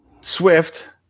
Swift